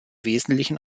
wesentlichen